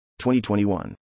2021